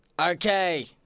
Okay